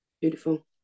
Beautiful